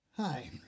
Hi